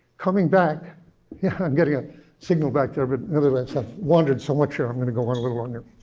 coming back yeah, i'm getting a signal back there. but nevertheless, i've wandered so much here. i'm going to go on a little on longer.